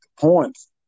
points